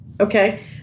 Okay